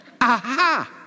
Aha